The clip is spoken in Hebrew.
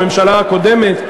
הממשלה הקודמת,